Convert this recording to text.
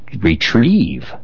Retrieve